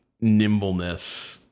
nimbleness